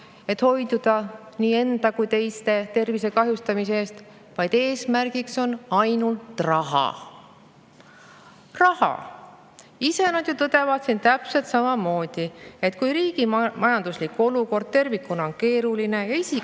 nad hoiduksid nii enda kui teiste tervise kahjustamisest. Eesmärgiks on ainult raha. Raha! Ise nad ju tõdevad siin täpselt samamoodi, et kui riigi majanduslik olukord tervikuna on keeruline ja isikute